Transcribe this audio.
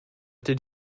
did